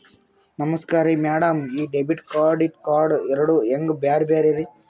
ನಮಸ್ಕಾರ್ರಿ ಮ್ಯಾಡಂ ಈ ಡೆಬಿಟ ಮತ್ತ ಕ್ರೆಡಿಟ್ ಕಾರ್ಡ್ ಎರಡೂ ಹೆಂಗ ಬ್ಯಾರೆ ರಿ?